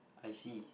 I see